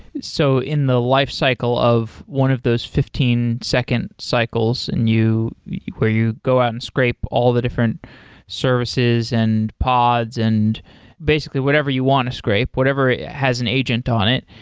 so in the lifecycle of one of those fifteen second cycles and where you go out and scrape all the different services and pods and basically whatever you want to scrape, whatever it has an agent on it.